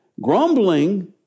Grumbling